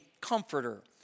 comforter